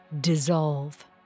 Dissolve